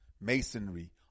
masonry